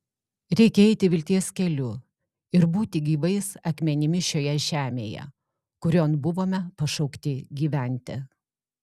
reikia eiti vilties keliu ir būti gyvais akmenimis šioje žemėje kurion buvome pašaukti gyventi